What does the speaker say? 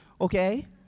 okay